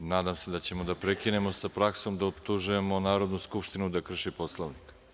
Nadam se da ćemo da prekinemo sa praksom da optužujemo Narodnu skupštinu da krši Poslovnik.